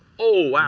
oh, wow.